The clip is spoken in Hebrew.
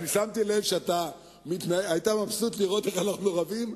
שמתי לב שאתה היית מבסוט איך אנחנו רבים,